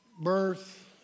birth